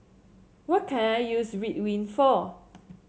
what can I use Ridwind for